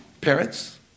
parents